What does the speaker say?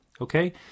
Okay